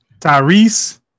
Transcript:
Tyrese